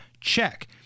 check